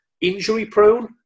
injury-prone